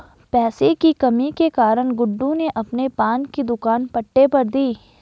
पैसे की कमी के कारण गुड्डू ने अपने पान की दुकान पट्टे पर दी